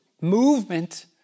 movement